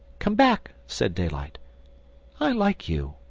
come back, said daylight i like you.